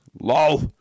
LOL